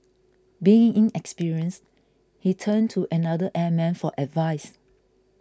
being inexperienced he turned to another airman for advice